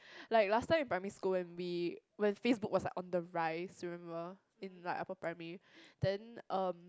like last time in primary school when we when Facebook was like on the rise remember in like upper primary then um